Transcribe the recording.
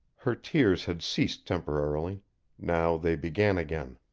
her tears had ceased temporarily now they began again.